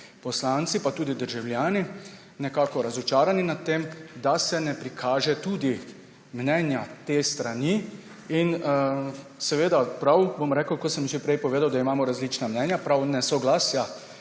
poslanci pa tudi državljani ves čas nekako razočarani nad tem, da se ne prikaže tudi mnenja te strani. Seveda je prav, kot sem že prej povedal, da imamo različna mnenja. Prav nesoglasja